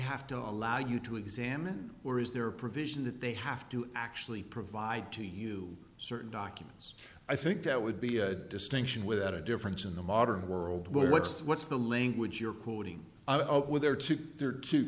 have to allow you to examine or is there a provision that they have to actually provide to you certain documents i think that would be a distinction without a difference in the modern world what's the what's the language you're quoting with their t